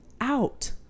out